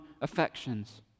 affections